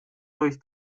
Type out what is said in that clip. durch